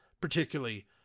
particularly